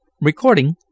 Recording